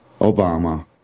Obama